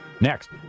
Next